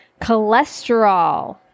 Cholesterol